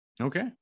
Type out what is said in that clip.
Okay